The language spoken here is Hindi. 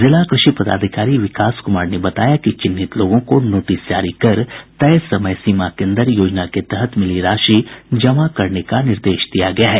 जिला कृषि पदाधिकारी विकास कुमार ने बताया चिन्हित लोगों को नोटिस जारी कर तय समय सीमा के अंदर योजना के तहत मिली राशि जमा करने का निर्देश दिया गया है